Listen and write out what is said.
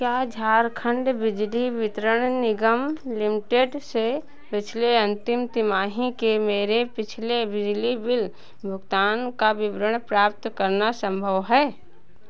क्या झारखण्ड बिजली वितरण निगम लिमिटेड से पिछले अन्तिम तिमाही के मेरे पिछले बिजली बिल भुगतान का विवरण प्राप्त करना सम्भव है